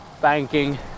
banking